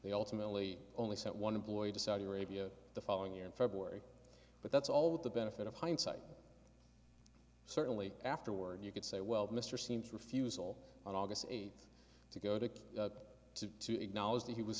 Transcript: they ultimately only sent one employee to saudi arabia the following year in february but that's all with the benefit of hindsight certainly afterward you could say well mr seems refusal on august eighth to go to to acknowledge that he was